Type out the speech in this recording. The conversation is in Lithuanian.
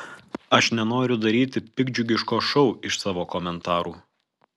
aš nenoriu daryti piktdžiugiško šou iš savo komentarų